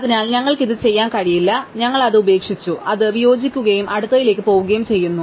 അതിനാൽ ഞങ്ങൾക്ക് ഇത് ചെയ്യാൻ കഴിയില്ല ഞങ്ങൾ അത് ഉപേക്ഷിച്ചു ഞങ്ങൾ അത് വിയോജിക്കുകയും അടുത്തതിലേക്ക് പോകുകയും ചെയ്യുന്നു